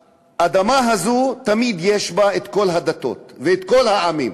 האדמה הזאת, תמיד יש בה את כל הדתות וכל העמים.